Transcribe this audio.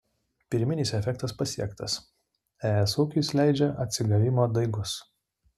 pirminis efektas pasiektas es ūkis leidžia atsigavimo daigus